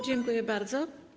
Dziękuję bardzo.